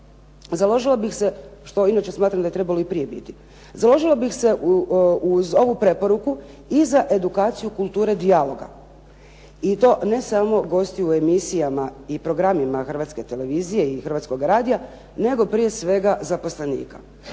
Založila bih se, što inače smatram da je trebalo i prije biti, založila bih se uz ovu preporuku i za edukaciju kulture dijaloga i to ne samo gostiju u emisijama i programima Hrvatske televizije i Hrvatskoga radija, nego prije svega zaposlenika.